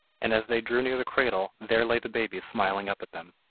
and as they drew near the cradle there lay the baby smiling up at them.